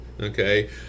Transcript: okay